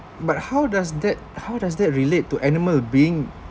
but how does that how does that relate to animal being